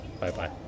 Bye-bye